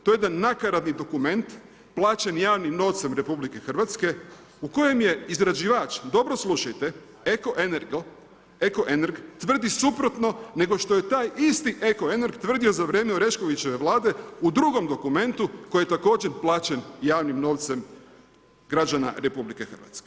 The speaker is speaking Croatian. To je jedan nakaradni dokument plaćen javnim novcem RH u kojem je izrađivač, dobro slučajte, Ekoenerg tvrdi suprotno nego što je taj isti Ekoenerg tvrdio za vrijeme Oreškovićeve vlade u drugom dokument koji je također plaćen javnim novcem građana RH.